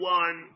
one